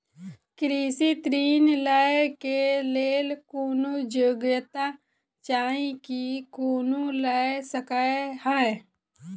कृषि ऋण लय केँ लेल कोनों योग्यता चाहि की कोनो लय सकै है?